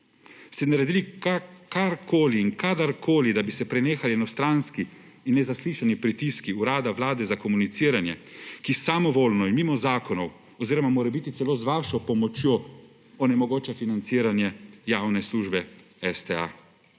Ste naredili karkoli in kadarkoli, da bi se prenehali enostranski in nezaslišani pritiski Urada Vlade za komuniciranje, ki samovoljno in mimo zakonov oziroma morebiti celo z vašo pomočjo onemogoča financiranje javne službe STA?